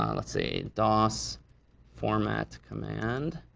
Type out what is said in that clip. um let's see. dos format command.